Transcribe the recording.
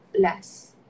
less